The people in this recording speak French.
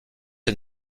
est